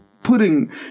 putting